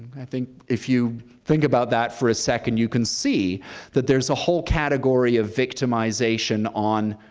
i think if you think about that for a second, you can see that there's a whole category of victimization on,